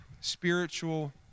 spiritual